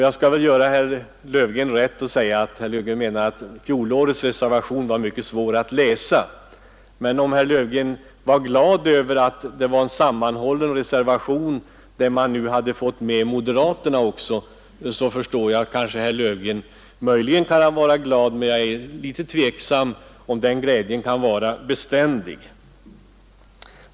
Jag skall ge honom rätt på en punkt: han tänkte väl på att fjolårets reservation var mycket svår att läsa. Om herr Löfgren är glad över att det är en sammanhållen reservation där man har fått med också moderaterna, kan jag möjligen förstå även det, men jag är litet tveksam om den glädjen kan vara beständig.